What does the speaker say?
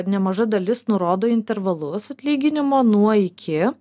nemaža dalis nurodo intervalus atlyginimo nuo iki